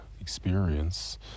experience